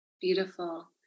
beautiful